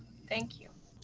thank you.